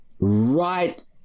right